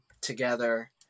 together